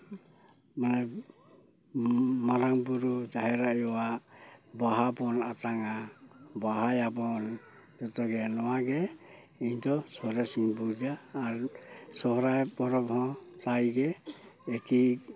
ᱢᱟᱱᱮ ᱢᱟᱨᱟᱝ ᱵᱩᱨᱩ ᱡᱟᱦᱮᱨ ᱟᱭᱚᱣᱟᱜ ᱵᱟᱦᱟ ᱵᱚᱱ ᱟᱛᱟᱝᱟ ᱵᱟᱦᱟᱭᱟᱵᱚᱱ ᱡᱚᱛᱚ ᱜᱮ ᱱᱚᱣᱟ ᱜᱮ ᱤᱧ ᱫᱚ ᱥᱚᱨᱮᱥᱤᱧ ᱵᱩᱡᱟ ᱟᱨ ᱥᱚᱦᱨᱟᱭ ᱯᱚᱨᱚᱵᱽ ᱦᱚᱸ ᱛᱟᱭᱜᱮ ᱮᱠᱤ